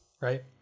right